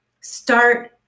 start